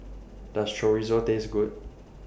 Does Chorizo Taste Good